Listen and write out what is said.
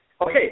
Okay